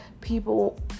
People